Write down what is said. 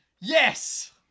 Yes